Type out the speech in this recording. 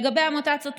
לגבי המוטציות,